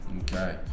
Okay